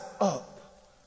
up